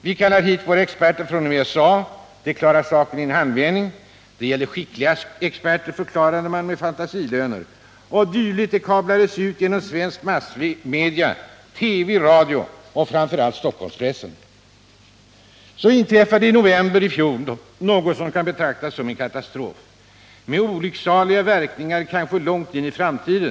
Vi kallar hit våra experter från USA. De klarar saken i en handvändning. Det gällde skickliga experter, sade man, med fantasilöner. Dylikt kablades ut genom svenska massmedia — TV, radio och framför allt Stockholmspressen. Så inträffar i november i fjol något som kan betraktas som en katastrof med olycksaliga verkningar kanske långt in i framtiden.